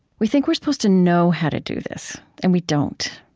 we think we're supposed to know how to do this. and we don't.